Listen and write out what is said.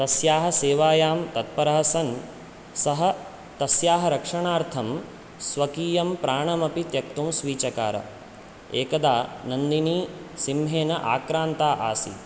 तस्याः सेवायां तत्परः सन् सः तस्याः रक्षणार्थं स्वकीयं प्राणमपि त्यक्तुं स्वीचकार एकदा नन्दिनी सिंहेन आक्रान्ता आसीत्